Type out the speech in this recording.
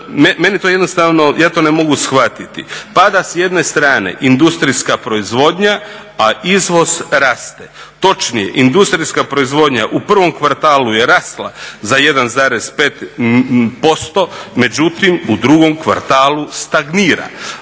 mene to jednostavno, ja to ne mogu shvatiti, pada s jedne strane industrijska proizvodnja, a izvoz raste. Točnije, industrijska proizvodnja u prvom kvartalu je rasla za 1,5%, međutim u drugom kvartalu stagnira,